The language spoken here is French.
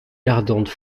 ardente